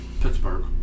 Pittsburgh